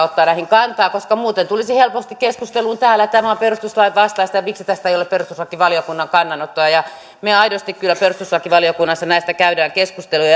ottaa näihin kantaa koska muuten tulisi helposti keskusteluun täällä että tämä on perustuslain vastaista ja miksi tästä ei ole perustuslakivaliokunnan kannanottoa me aidosti kyllä perustuslakivaliokunnassa näistä käymme keskustelua